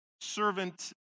servant